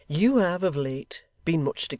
you have, of late, been much together.